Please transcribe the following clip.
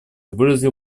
выразил